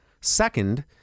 Second